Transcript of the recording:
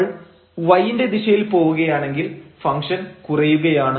നമ്മൾ y ന്റെ ദിശയിൽ പോവുകയാണെങ്കിൽ ഫംഗ്ഷൻ കുറയുകയാണ്